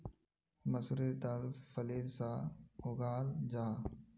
मसूरेर दाल फलीर सा उगाहल जाहा